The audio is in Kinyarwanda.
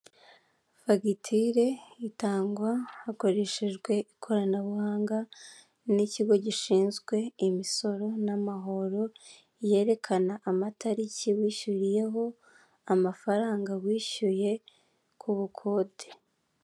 Fagitire itangwa hakoreshejwe ikoranabuhanga n'kigo gishinzwe imisoro n'amahoro yerekana amatariki wishyuriyeho amafaranga wishyuye ku bukode.